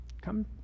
Come